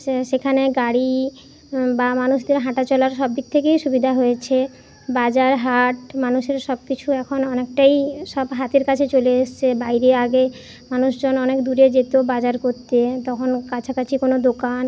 সে সেখানে গাড়ি বা মানুষদের হাঁটা চলার সব দিক থেকেই সুবিধা হয়েছে বাজার হাট মানুষের সব কিছু এখন অনেকটাই সব হাতের কাছে চলে এসছে বাইরে আগে মানুষজন অনেক দূরে যেতো বাজার করতে তখন কাছাকাছি কোনো দোকান